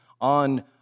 on